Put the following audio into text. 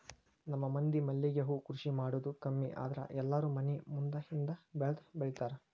ನಮ್ಮ ಮಂದಿ ಮಲ್ಲಿಗೆ ಹೂ ಕೃಷಿ ಮಾಡುದ ಕಮ್ಮಿ ಆದ್ರ ಎಲ್ಲಾರೂ ಮನಿ ಮುಂದ ಹಿಂದ ಬೆಳ್ದಬೆಳ್ದಿರ್ತಾರ